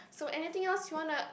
so anything else you wanna